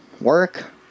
work